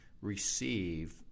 receive